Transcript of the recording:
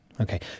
Okay